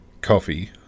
coffee